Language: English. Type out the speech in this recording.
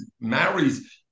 marries